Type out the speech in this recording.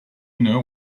know